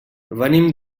venim